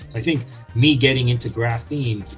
i think me getting into graphene